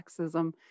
sexism